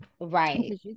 Right